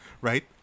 Right